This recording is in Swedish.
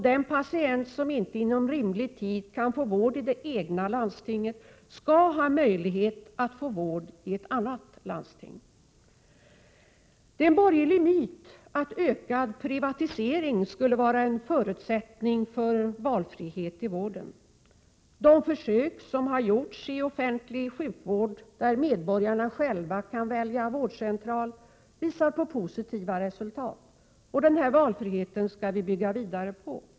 Den patient som inte inom rimlig tid kan få vård inom det egna landstinget skall ha möjlighet att få vård i ett annat landsting. Det är en borgerlig myt att ökad privatisering skulle vara en förutsättning för valfrihet i vården. De försök som har gjorts i offentlig sjukvård, där medborgarna själva kan välja vårdcentral, har givit positiva resultat. Denna valfrihet skall vi bygga vidare på.